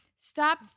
Stop